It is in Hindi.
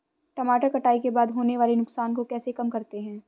टमाटर कटाई के बाद होने वाले नुकसान को कैसे कम करते हैं?